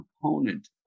component